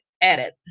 edit